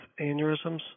aneurysms